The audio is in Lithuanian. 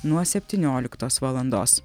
nuo septynioliktos valandos